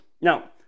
Now